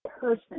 person